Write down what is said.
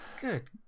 Good